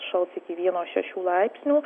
šals iki vieno šešių laipsnių